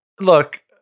Look